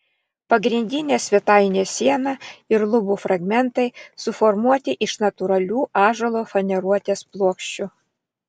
pagrindinė svetainės siena ir lubų fragmentai suformuoti iš natūralių ąžuolo faneruotės plokščių